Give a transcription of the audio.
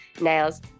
nails